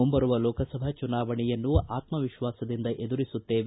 ಮುಂಬರುವ ಲೋಕಸಭಾ ಚುನಾವಣೆಯನ್ನು ಆತ್ವವಿಶ್ವಾಸದಿಂದ ಎದುರಿಸುತ್ತೇವೆ